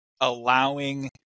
allowing